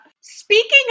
Speaking